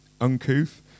uncouth